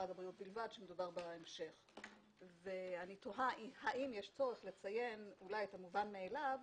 אני תוהה האם יש צורך לציין אולי את המובן מאליו